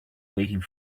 waiting